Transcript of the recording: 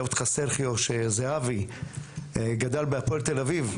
אותך סרחיו שזהבי גדל בהפועל תל אביב.